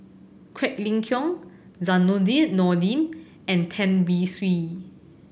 Quek Ling Kiong Zainudin Nordin and Tan Beng Swee